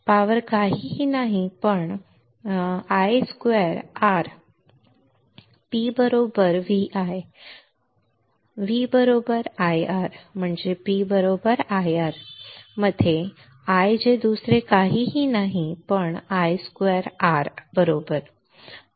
power काहीही नाही पण I square R right P बरोबर VI बरोबर V बरोबर IR म्हणजे P बरोबर IR मध्ये I जे दुसरे काहीही नाही पण I स्क्वेअर R बरोबर